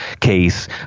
case